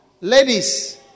Ladies